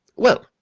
well,